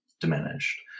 diminished